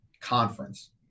conference